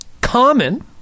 common